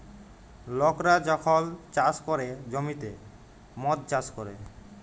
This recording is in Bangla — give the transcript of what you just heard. লকরা যখল চাষ ক্যরে জ্যমিতে মদ চাষ ক্যরে